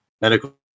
medical